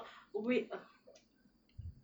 wait ah